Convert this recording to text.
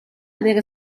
avere